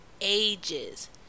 ages